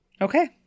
Okay